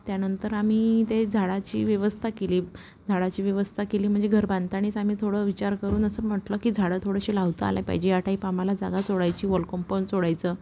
त्यानंतर आम्ही ते झाडाची व्यवस्था केली झाडाची व्यवस्था केली म्हणजे घर बांधतानाच आम्ही थोडं विचार करून असं म्हटलं की झाडं थोडंशी लावतं आला पाहिजे या टाईप आम्हाला जागा सोडायची वॉलकंपउंड सोडयचं